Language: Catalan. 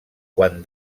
quan